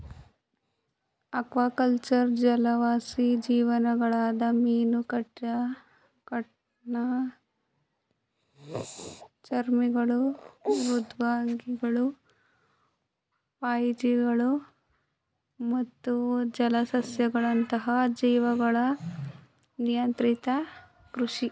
aquaculture ಜಲವಾಸಿ ಜೀವಿಗಳಾದ ಮೀನು ಕಠಿಣಚರ್ಮಿಗಳು ಮೃದ್ವಂಗಿಗಳು ಪಾಚಿಗಳು ಮತ್ತು ಜಲಸಸ್ಯಗಳಂತಹ ಜೀವಿಗಳ ನಿಯಂತ್ರಿತ ಕೃಷಿ